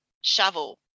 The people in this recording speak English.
shovel